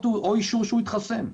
או אישור שהוא התחסן --- למה?